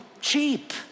cheap